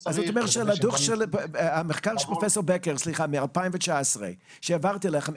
צריך --- המחקר של פרופסור בקר מ-2019 שהעברתי לכם,